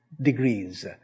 degrees